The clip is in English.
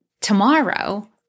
Tomorrow